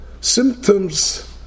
symptoms